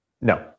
No